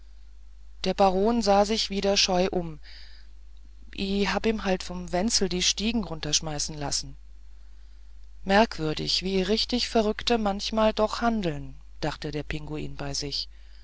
der baron sah sich wieder scheu um i hab ihn halt vom wenzel d stiegen runderschmeißen lassen merkwürdig wie richtig verrückte manchmal doch handeln dachte der pinguin bei sich